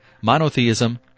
monotheism